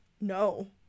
no